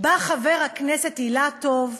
בא חבר הכנסת אילטוב,